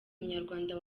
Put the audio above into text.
munyarwanda